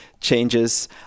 changes